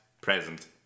present